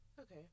Okay